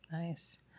Nice